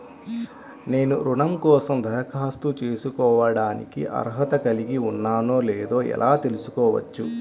నేను రుణం కోసం దరఖాస్తు చేసుకోవడానికి అర్హత కలిగి ఉన్నానో లేదో ఎలా తెలుసుకోవచ్చు?